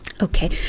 Okay